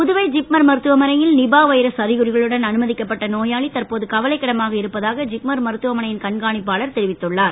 Puduvai JIPMER மருத்துவமனையில் Nipah virus அறிகுறிகளுடன் அனுமதிக்கப்பட்ட நோயாளி தற்போது கவலைக்கிடமாக இருப்பதாக ஜிப்மர் மருத்துவமனையின் கண்காணிப்பாளர் தெரிவித்துள்ளார்